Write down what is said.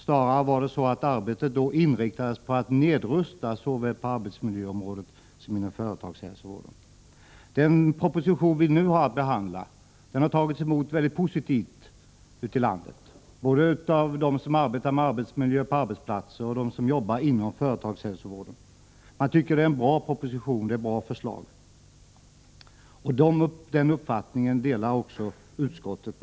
Snarare var det så att arbetet då inriktades på att nedrusta såväl på arbetsmiljöområdet som inom företagshälsovården. Den proposition vi nu har att behandla har tagits emot mycket positivt ute i landet, både av dem som arbetar med arbetsmiljö på arbetsplatserna och av dem som jobbar inom företagshälsovården. Man tycker det är en bra proposition med bra förslag. Denna uppfattning delar utskottet.